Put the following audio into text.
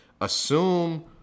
Assume